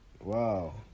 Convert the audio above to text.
Wow